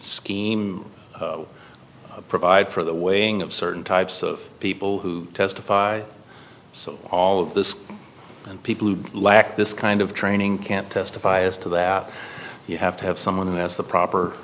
scheme provide for the weighing of certain types of people who testify so all of this and people who lack this kind of training can't testify as to that you have to have someone that's the proper